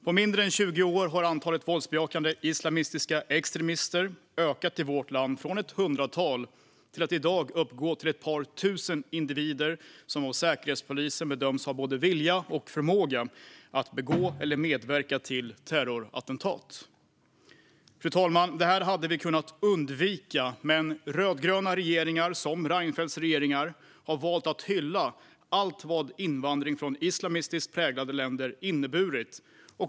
På mindre än 20 år har antalet våldsbejakande islamistiska extremister ökat i vårt land från ett hundratal till att i dag uppgå till ett par tusen individer som av Säkerhetspolisen bedöms ha både vilja och förmåga att begå eller medverka till terrorattentat. Fru talman! Det här hade vi kunnat undvika. Men såväl rödgröna regeringar som Reinfeldts regeringar har valt att hylla allt vad invandring från islamistiskt präglade länder har inneburit.